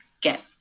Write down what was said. get